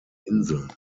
inseln